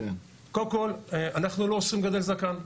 קודם כל, אנחנו לא אוסרים לגדל זקן.